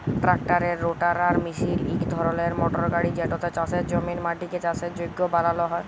ট্রাক্টারের রোটাটার মিশিল ইক ধরলের মটর গাড়ি যেটতে চাষের জমির মাটিকে চাষের যগ্য বালাল হ্যয়